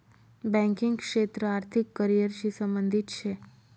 banking क्षेत्र आर्थिक career शी संबंधित शे